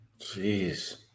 jeez